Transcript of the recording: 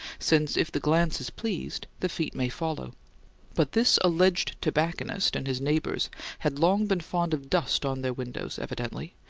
since if the glance is pleased the feet may follow but this alleged tobacconist and his neighbours had long been fond of dust on their windows, evidently,